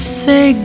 say